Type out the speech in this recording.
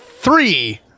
Three